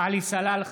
עלי סלאלחה,